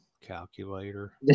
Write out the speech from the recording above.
calculator